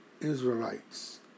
Israelites